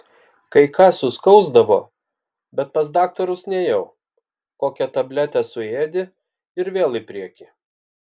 kai ką suskausdavo bet pas daktarus nėjau kokią tabletę suėdi ir vėl į priekį